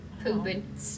pooping